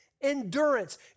endurance